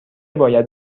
باید